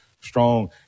strong